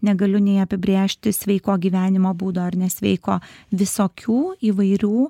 negaliu nei apibrėžti sveiko gyvenimo būdo ar nesveiko visokių įvairių